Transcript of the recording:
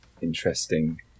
interesting